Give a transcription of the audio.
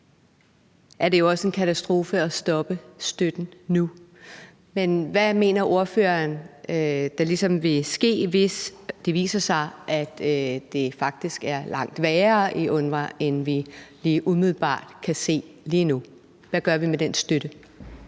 er det jo også en katastrofe at stoppe støtten nu. Men hvad mener ordføreren der ligesom vil ske, hvis det viser sig, at det faktisk er langt værre i UNRWA, end vi umiddelbart kan se lige nu? Hvad gør vi med den støtte?